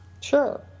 Sure